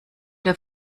der